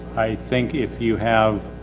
i think if you have.